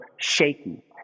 shaky